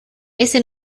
eso